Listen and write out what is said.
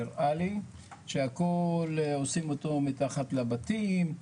נראה לי שהכל עושים אותו מתחת לבתים.